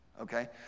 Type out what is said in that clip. okay